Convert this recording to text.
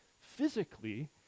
physically